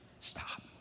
stop